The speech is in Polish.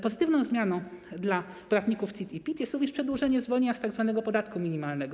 Pozytywną zmianą dla podatników CIT i PIT jest również przedłużenie zwolnienia z tzw. podatku minimalnego.